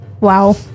Wow